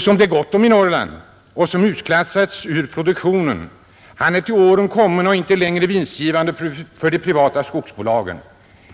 finns gott om sådana i Norrland. Han har utklassats ur produktionen. Han är till åren kommen och inte längre vinstgivande för de privata skogsbolagen.